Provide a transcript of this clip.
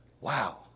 Wow